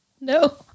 No